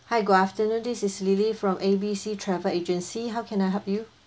hi good afternoon this is lily from A B C travel agency how can I help you